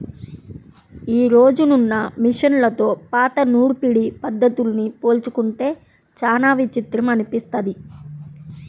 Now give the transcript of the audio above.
యీ రోజునున్న మిషన్లతో పాత నూర్పిడి పద్ధతుల్ని పోల్చుకుంటే చానా విచిత్రం అనిపిస్తది